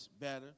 better